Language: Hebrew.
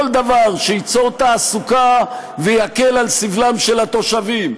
כל דבר שייצור תעסוקה ויקל על סבלם של התושבים.